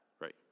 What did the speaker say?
Right